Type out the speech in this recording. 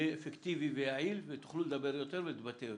אפקטיבי ויעיל, תוכלו לדבר ולהתבטא יותר.